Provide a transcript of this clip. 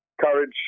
courage